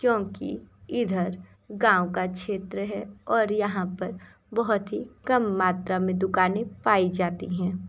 क्योंकि इधर गाँव का क्षेत्र है और यहाँ पर बहुत की कम मात्रा में दुकानें पाई जाती हैं